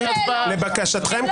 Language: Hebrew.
לבקשתכם,